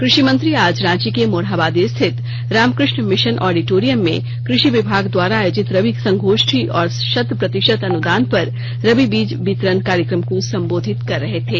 कृषिमंत्री आज रांची के मोरहाबादी स्थित रामकृष्ण मिशन ऑडोटोरियम में कृषि विभाग द्वारा आयोजित रबी संगोष्ठी और शत प्रतिशत अनुदान पर रबी बीज वितरण कार्यक्रम को संबोधित कर रहे थे